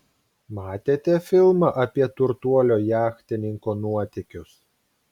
matėte filmą apie turtuolio jachtininko nuotykius